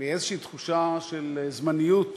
מאיזושהי תחושה של זמניות